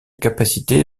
capacité